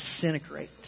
disintegrate